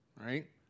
right